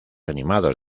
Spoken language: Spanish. animados